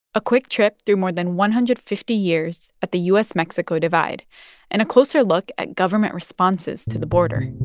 a quick trip through more than one hundred and fifty years at the u s mexico divide and a closer look at government responses to the border